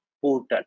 portal